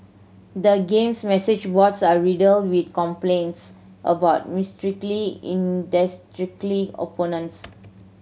the game's message boards are riddled with complaints about mysteriously opponents